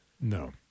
No